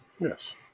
Yes